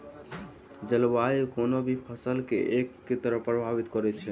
जलवायु कोनो भी फसल केँ के तरहे प्रभावित करै छै?